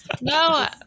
No